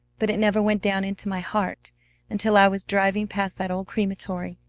but it never went down into my heart until i was driving past that old crematory,